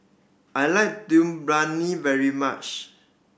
I like Dum Briyani very much